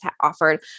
offered